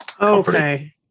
Okay